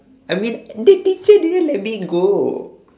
I mean the teacher didn't let me go